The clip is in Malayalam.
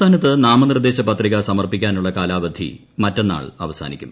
സംസ്ഥാനത്ത് നാമനിർദ്ദേൾ പത്രിക സമർപ്പിക്കാനുള്ള ന് കാലാവധി മറ്റന്നാൾ അവസാനിക്കും